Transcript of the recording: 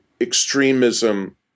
extremism